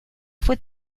fue